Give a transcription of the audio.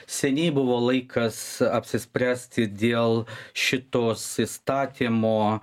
seniai buvo laikas apsispręsti dėl šitos įstatymo